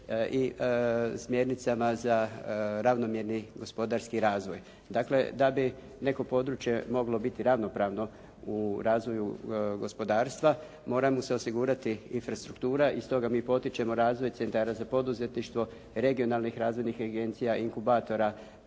i smjernicama za ravnomjerni gospodarski razvoj. Dakle, da bi neko područje moglo biti ravnopravno u razvoju gospodarstva mora mu se osigurati infrastruktura i stoga mi potičemo razvoj centara za poduzetništvo, regionalnih razvojnih agencija, inkubatora